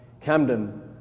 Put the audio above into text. Camden